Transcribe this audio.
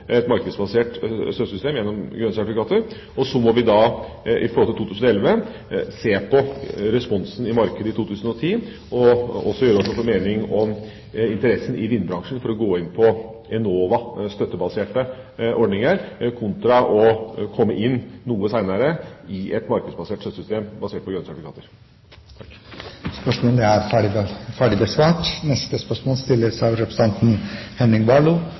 2011, se på responsen i markedet i 2010, og også gjøre oss opp en mening om interessen i vindkraftbransjen for å gå inn på Enovas støttebaserte ordninger kontra å komme inn noe seinere i et markedsbasert støttesystem basert på